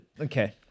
okay